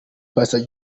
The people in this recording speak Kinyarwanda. pastor